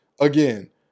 again